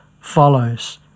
follows